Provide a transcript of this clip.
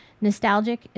nostalgic